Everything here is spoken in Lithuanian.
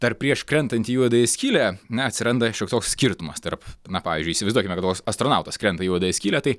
dar prieš krentant į juodąją skylę na atsiranda šioks toks skirtumas tarp na pavyzdžiui įsivaizduokime kad koks astronautas krenta į juodąją skylę tai